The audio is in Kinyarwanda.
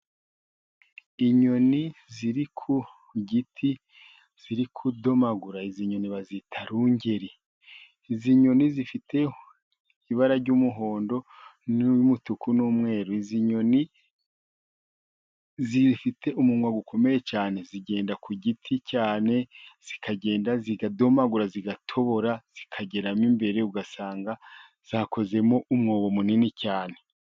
Inyoni ziri ku giti zirimo kudomagura . Izi nyoni, zitwa Rungeri . Izi nyoni, zifite ibara ry'umuhondo, umutuku, n'umweru . Izi nyoni, zifite umunwa ukomeye cyane . Zigenda ku giti cyane, zikagenda zidomagura , zigatobora , zikageramo imbere, ugasanga zakozemo umwobo munini cyane.